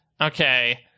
Okay